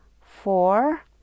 Four